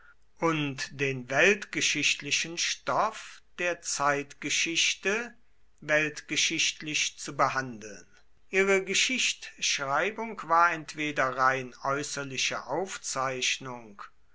und den weltgeschichtlichen stoff der zeitgeschichte weltgeschichtlich zu behandeln ihre geschichtschreibung war entweder rein äußerliche aufzeichnung